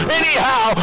anyhow